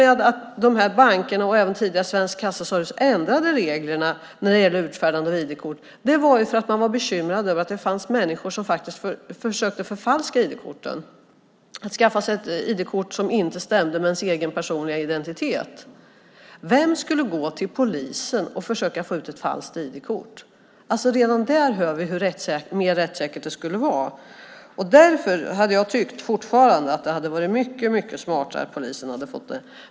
De här bankerna och även tidigare Svensk Kassaservice ändrade ju reglerna när det gällde utfärdande av ID-kort för att man var bekymrad över att det fanns människor som faktiskt försökte förfalska ID-korten, skaffa sig ett ID-kort som inte stämde med den personliga identiteten. Vem skulle gå till polisen och försöka få ut ett falskt ID-kort? Redan där hör vi hur mer rättssäkert det skulle vara. Därför hade jag tyckt att det hade varit mycket smartare att polisen hade fått det.